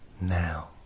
now